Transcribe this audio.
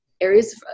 areas